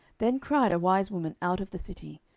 then cried a wise woman out of the city,